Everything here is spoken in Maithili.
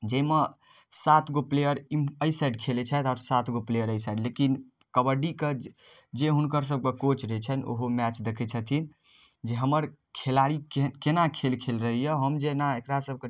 जाहिमे सातगो प्लेयर एहि साइड खेलै छथि आओर सातगो प्लेयर एहि साइड लेकिन कबड्डीके जे हुनकर सबके कोच रहै छनि ओहो मैच देखै छथिन जे हमर खेलाड़ी केहन केना खेल खेलैए हम जे एना एकरा सबके